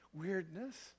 weirdness